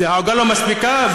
העוגה לא מספיקה,